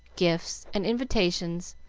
gifts, and invitations,